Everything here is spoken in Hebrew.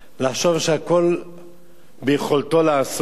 לחשוב שהכול ביכולתו לעשות,